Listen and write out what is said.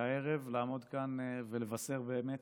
והערב לעמוד כאן ולבשר באמת